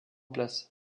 place